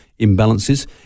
imbalances